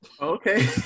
Okay